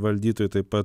valdytoju taip pat